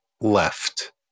left